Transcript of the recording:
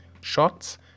Shots